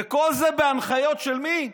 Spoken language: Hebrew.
וכל זה בהנחיות של מי?